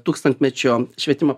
tūkstantmečio švietimo